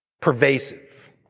Pervasive